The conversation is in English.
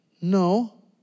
No